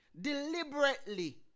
Deliberately